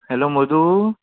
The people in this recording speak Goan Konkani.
हॅलो मधू